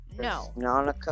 No